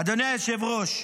אדוני היושב-ראש,